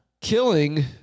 killing